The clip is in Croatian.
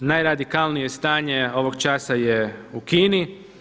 Najradikalnije stanje ovog časa je u Kini.